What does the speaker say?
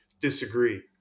disagree